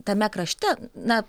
tame krašte na